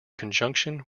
conjunction